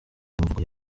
mvugo